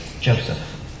Joseph